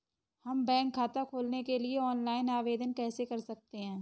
हम बैंक खाता खोलने के लिए ऑनलाइन आवेदन कैसे कर सकते हैं?